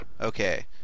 Okay